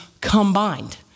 combined